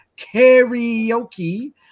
karaoke